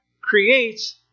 creates